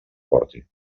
porti